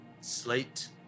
Slate